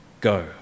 go